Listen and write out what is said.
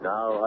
Now